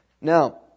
Now